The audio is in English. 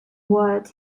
world